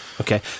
okay